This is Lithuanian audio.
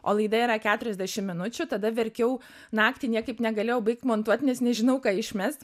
o laida yra keturiasdešim minučių tada verkiau naktį niekaip negalėjau baigt montuot nes nežinojau ką išmest